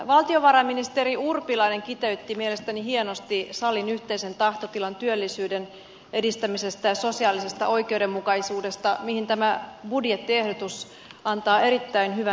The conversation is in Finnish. valtiovarainministeri urpilainen kiteytti mielestäni hienosti salin yhteisen tahtotilan työllisyyden edistämisestä ja sosiaalisesta oikeudenmukaisuudesta mihin tämä budjettiehdotus antaa erittäin hyvän pohjan